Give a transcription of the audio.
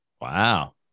Wow